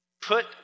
put